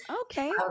Okay